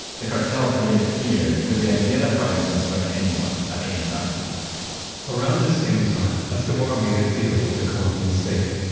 the cartel created fear through the idea that violence can strike anyone, at anytime around this same time, escobar made a deal with the colombian state.